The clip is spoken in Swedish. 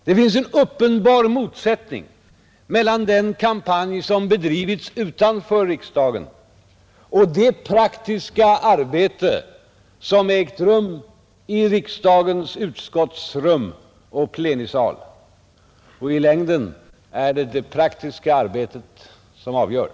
Det finns en uppenbar motsättning mellan den kampanj som bedrivits utanför riksdagen och det praktiska arbete som har ägt rum i riksdagens utskottsrum och plenisal, och i längden är det det praktiska arbetet som avgör.